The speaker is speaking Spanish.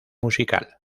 musical